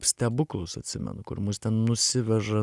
stebuklus atsimenu kur mus ten nusiveža